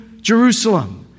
Jerusalem